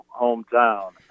hometown